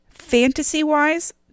Fantasy-wise